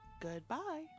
Goodbye